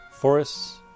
Forests